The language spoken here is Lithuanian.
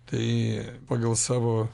tai pagal savo